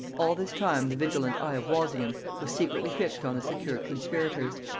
all this time the vigilant eye of walsingham was secretly fixed on the secure conspirators.